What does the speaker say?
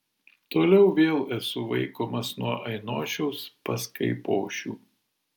toliau vėl esu vaikomas nuo ainošiaus pas kaipošių